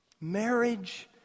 marriage